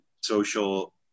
social